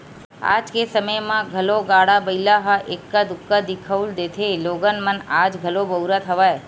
आज के समे म घलो गाड़ा बइला ह एक्का दूक्का दिखउल देथे लोगन मन आज घलो बउरत हवय